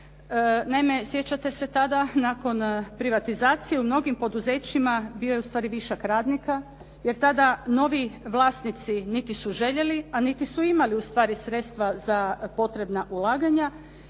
Naime, sjećate se tada nakon privatizacije, u mnogim poduzećima bio je ustvari višak radnika jer tada novi vlasnici niti su željeli, a niti su imali ustvari sredstva za potrebna ulaganja